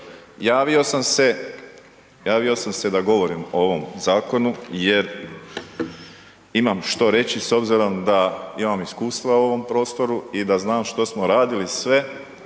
Javio sam se da govorim o ovom zakonu jer imam što reći s obzirom da imam iskustva u ovom prostoru i da znam što smo radili sve